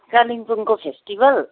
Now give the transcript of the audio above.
कालिम्पोङको फेस्टिबेल